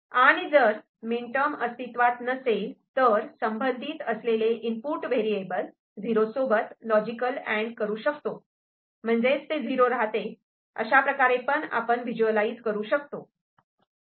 आणि जर min term अस्तित्वात नसेल तर संबंधित असलेले इनपुट व्हेरिएबल झिरो सोबत लॉजिकली अँड करू शकतो म्हणजेच ते झीरो राहते अशाप्रकारे पण आपण विजूलाईज करू शकतो